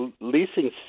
leasing